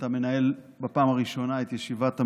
שאתה מנהל בפעם הראשונה את ישיבת המליאה,